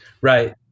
Right